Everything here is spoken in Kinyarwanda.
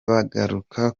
bagaruka